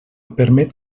permet